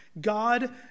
God